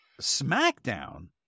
smackdown